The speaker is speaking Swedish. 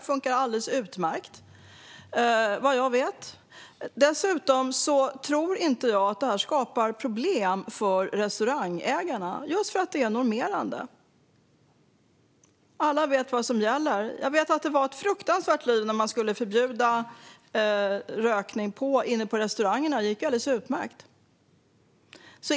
Det fungerar alldeles utmärkt, vad jag vet. Dessutom tror jag inte att det skulle skapa problem för restaurangägarna, just för att det är normerande. Alla vet vad som gäller. Jag vet att det var ett fruktansvärt liv när man skulle förbjuda rökning inne på restaurangerna. Det gick alldeles utmärkt.